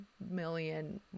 million